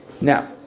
Now